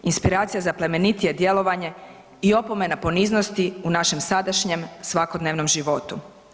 Inspiracija za plemenitije djelovanje i opomena poniznosti u našem sadašnjem svakodnevnom životu.